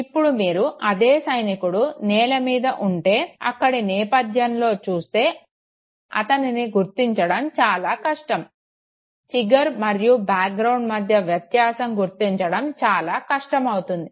ఇప్పుడు మీరు అదే సైనికుడు నేలమీద ఉంటే అక్కడి నేపధ్యంలో చూస్తే అతనిని గుర్తించడం చాలా కష్టం ఫిగర్ మరియు బ్యాక్ గ్రౌండ్ మధ్య వ్యత్యాసం గుర్తించడం చాలా కష్టం అవుతుంది